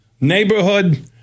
neighborhood